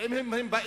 ואם הם באים,